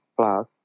plus